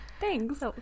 Thanks